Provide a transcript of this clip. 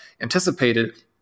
anticipated